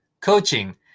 coaching